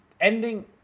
Ending